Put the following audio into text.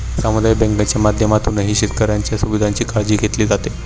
सामुदायिक बँकांच्या माध्यमातूनही शेतकऱ्यांच्या सुविधांची काळजी घेतली जाते